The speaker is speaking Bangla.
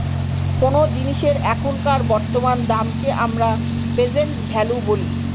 কোনো জিনিসের এখনকার বর্তমান দামকে আমরা প্রেসেন্ট ভ্যালু বলি